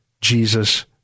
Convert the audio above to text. Jesus